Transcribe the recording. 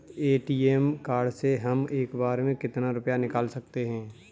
ATM card से हम एक बार में कितना रुपया निकाल सकते हैं?